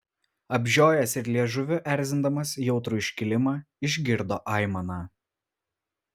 apžiojęs ir liežuviu erzindamas jautrų iškilimą išgirdo aimaną